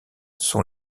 sont